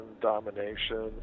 domination